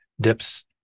dips